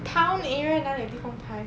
town area 哪里有地方拍